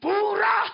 Pura